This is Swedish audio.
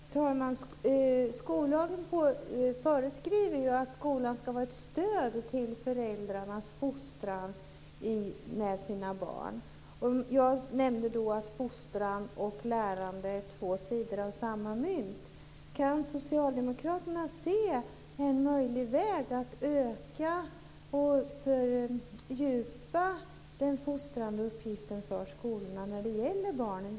Fru talman! Skollagen föreskriver ju att skolan ska vara ett stöd till föräldrarnas fostran av sina barn. Jag nämnde att fostran och lärande är två sidor av samma mynt. Kan Socialdemokraterna se en möjlig väg att öka och fördjupa den fostrande uppgiften för skolorna när det gäller barnen?